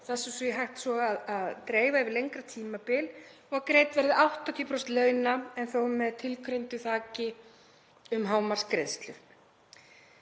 sem væri svo hægt að dreifa yfir lengra tímabil, og að greidd verði 80% launa en þó með tilgreindu þaki um hámarksgreiðslu.